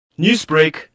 Newsbreak